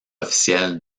officielle